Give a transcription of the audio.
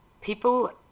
people